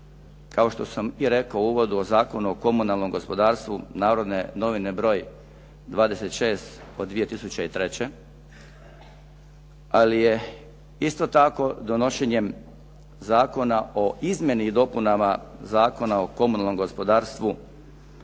kao što sam i rekao u uvodu o Zakonu o komunalnom gospodarstvu "Narodne novine" broj 26. od 2003. ali je isto tako donošenjem Zakona o izmjeni i dopunama Zakona o komunalnom gospodarstvu